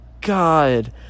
god